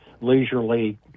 leisurely